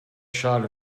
shot